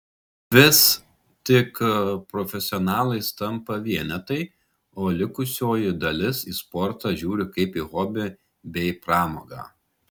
vis tik profesionalais tampa vienetai o likusioji dalis į sportą žiūri kaip į hobį bei pramogą